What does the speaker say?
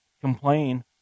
complain